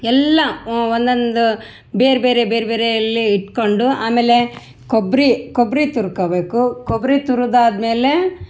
ಎಲ್ಲ ಒಂದೊಂದ್ ಬೇರೆಬೇರೆ ಬೇರೆಬೇರೆ ಎಲ್ಲ ಇಟ್ಕೊಂಡು ಆಮೇಲೆ ಕೊಬ್ಬರಿ ಕೊಬ್ಬರಿ ತುರ್ಕೋಬೇಕು ಕೊಬ್ಬರಿ ತುರಿದಾದ್ಮೇಲೆ